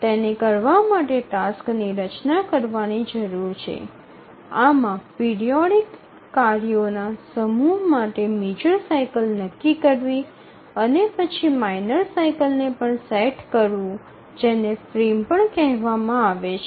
તેને કરવા માટેનાં ટાસક્સની રચના કરવાની જરૂર છે આમાં પિરિયોડિક કાર્યોના સમૂહ માટે મેજર સાઇકલ નક્કી કરવી અને પછી માઇનર સાઇકલને પણ સેટ કરવું જેને ફ્રેમ પણ કહેવામાં આવે છે